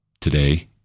today